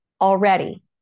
already